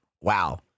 Wow